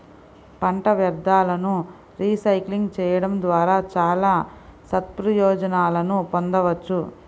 పంట వ్యర్థాలను రీసైక్లింగ్ చేయడం ద్వారా చాలా సత్ప్రయోజనాలను పొందవచ్చు